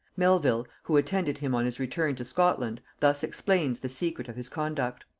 melvil, who attended him on his return to scotland, thus explains the secret of his conduct